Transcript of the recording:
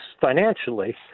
financially